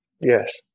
Yes